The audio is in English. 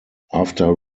after